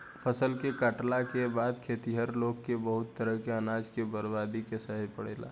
फसल के काटला के बाद खेतिहर लोग के बहुत तरह से अनाज के बर्बादी के सहे के पड़ेला